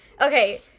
okay